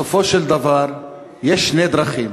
בסופו של דבר יש שתי דרכים: